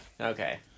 Okay